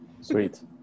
Sweet